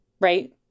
Right